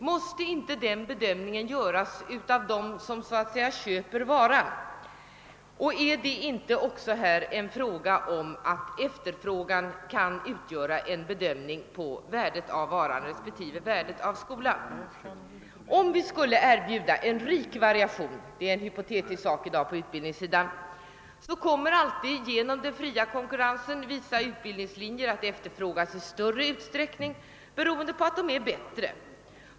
Måste inte den bedömningen göras av dem som så att säga köper varan, och kan inte efterfrågan utgöra en bedömning av värdet på varan — d. v. s. skolan? Om vi skulle erbjuda en rik variation — det är i dag en hypotetisk tanke på utbildningsområdet — kommer alltid genom den fria konkurrensen vissa utbildningslinjer att efterfrågas i större utsträckning beroende på att de är bättre.